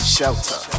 Shelter